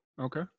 Okay